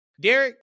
Derek